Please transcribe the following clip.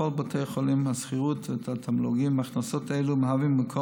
בכל בתי החולים השכירות והתמלוגים מהכנסות אלו מהווים מקור